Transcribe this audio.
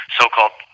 so-called